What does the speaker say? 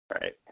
Right